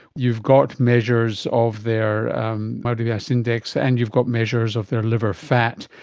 you've got measures of their body mass index and you've got measures of their liver fat,